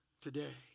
today